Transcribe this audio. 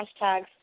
hashtags